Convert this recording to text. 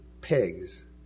pigs